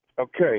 Okay